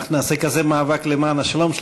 אנחנו נעשה כזה מאבק למען השלום,